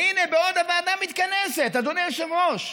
והינה, בעוד הוועדה מתכנסת, אדוני היושב-ראש,